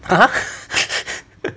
!huh!